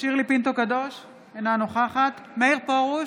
שירלי פינטו קדוש, אינה נוכחת מאיר פרוש,